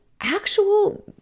actual